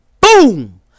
Boom